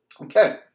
Okay